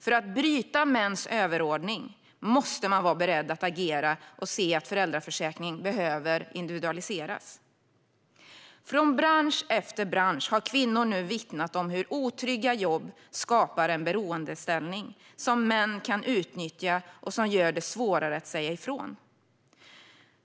För att bryta mäns överordning måste man vara beredd att agera och se att föräldraförsäkring behöver individualiseras. Från bransch efter bransch har kvinnor nu vittnat om hur otrygga jobb skapar en beroendeställning som män kan utnyttja och som gör det svårare att säga ifrån.